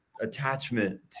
attachment